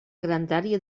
grandària